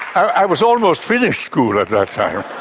i was almost finished school at that time!